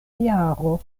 jaro